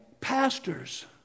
pastors